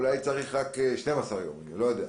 אולי צריך רק 12 יום, אני לא יודע.